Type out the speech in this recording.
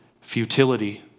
futility